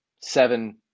seven